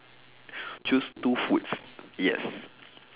choose two foods yes